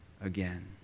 again